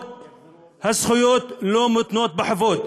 הזכויות לא מותנות בחובות.